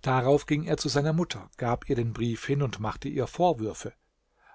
darauf ging er zu seiner mutter gab ihr den brief hin und machte ihr vorwürfe